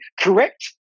correct